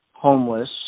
homeless